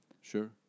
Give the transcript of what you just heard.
sure